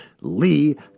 Lee